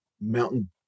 Mountain